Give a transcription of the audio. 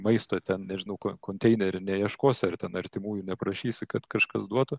maisto ten nežinau ko konteinerių neieškosi ar ten artimųjų neprašysi kad kažkas duotų